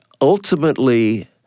ultimately